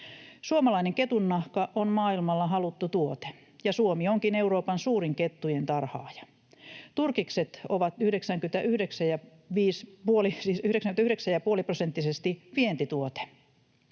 Suomalainen ketunnahka on maailmalla haluttu tuote, ja Suomi onkin Euroopan suurin kettujen tarhaaja. Turkikset ovat 99,5-prosenttisesti vientituote.